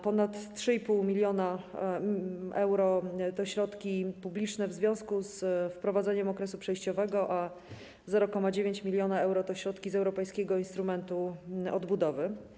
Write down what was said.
Ponad 3,5 mln euro to środki publiczne w związku z wprowadzeniem okresu przejściowego, a 0,9 mln euro to środki z europejskiego instrumentu odbudowy.